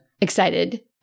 excited